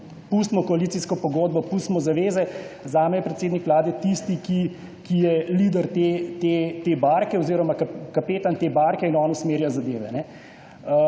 Pustimo koalicijsko pogodbo, pustimo zaveze, zame je predsednik vlade tisti, ki je lider te barke oziroma kapetan te barke, on usmerja zadeve.